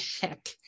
heck